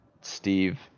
Steve